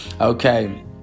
okay